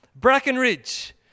Brackenridge